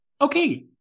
Okay